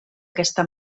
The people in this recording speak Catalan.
aquesta